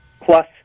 plus